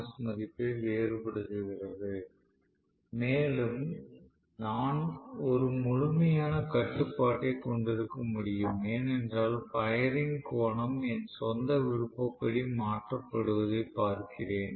S மதிப்பை வேறுபடுத்துகிறது மேலும் நான் ஒரு முழுமையான கட்டுப்பாட்டைக் கொண்டிருக்க முடியும் ஏனென்றால் பயரிங் கோணம் என் சொந்த விருப்பப்படி மாற்றப்படுவதைப் பார்க்கிறேன்